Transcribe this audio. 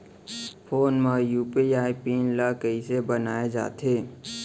Phone म UPI pin ल कइसे बनाये जाथे?